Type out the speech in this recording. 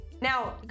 Now